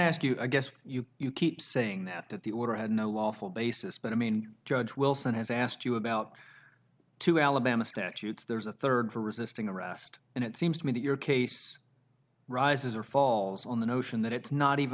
ask you a guess you keep saying that at the order had no lawful basis but i mean judge wilson has asked you about two alabama statutes there's a third for resisting arrest and it seems to me that your case rises or falls on the notion that it's not even